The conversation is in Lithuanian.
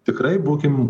tikrai būkim